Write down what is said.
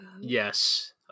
Yes